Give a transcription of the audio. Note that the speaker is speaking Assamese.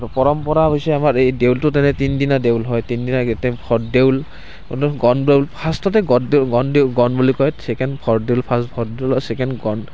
পৰম্পৰা হৈছে আমাৰ এই দেউলটোত মানে তিনিদিনিয়া দেউল হয় তিনিদিনিয়া গণ দেউল ফাৰ্ষ্টতে দেউল গণ বুলি কয় চেকেণ্ড দেউল